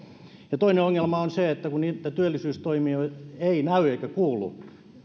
ja toinen ongelma on se että niitä työllisyystoimia ei näy eikä kuulu